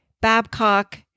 Babcock